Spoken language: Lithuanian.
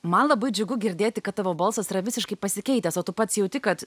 man labai džiugu girdėti kad tavo balsas yra visiškai pasikeitęs o tu pats jauti kad